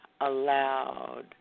Allowed